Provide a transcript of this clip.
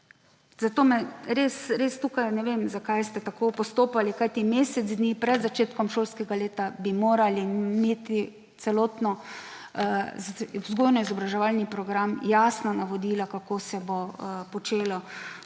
Zato tukaj res ne vem, zakaj ste tako postopali, kajti mesec dni pred začetkom šolskega leta bi moral imeti celoten vzgojno-izobraževalni program jasna navodila, kako se bo počelo